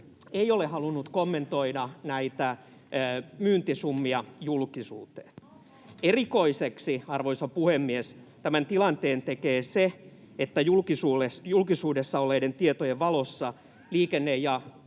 ei ole halunnut kommentoida näitä myyntisummia julkisuuteen. Erikoiseksi, arvoisa puhemies, tämän tilanteen tekee se, että julkisuudessa olleiden tietojen valossa liikenne‑ ja